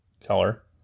color